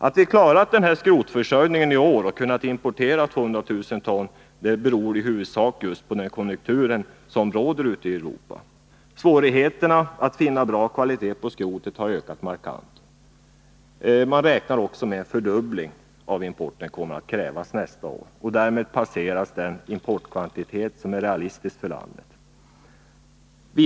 Att vi i år har klarat skrotförsörjningen och har kunnat importera 200 000 ton beror i huvudsak på lågkonjunkturen i Europa. Svårigheten att finna bra kvalitet på skrotet har ökat markant. Man räknar också med att en fördubbling av importen kommer att krävas nästa år. Därmed skulle den importkvantitet som är realistisk för landet passeras.